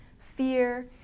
fear